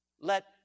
Let